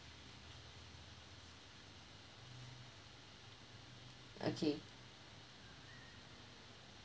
okay